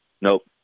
nope